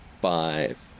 five